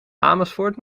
amersfoort